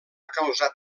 causat